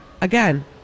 again